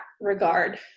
regard